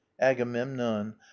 Agamemnon